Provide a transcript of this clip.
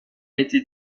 été